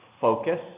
focus